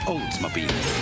Oldsmobile